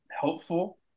helpful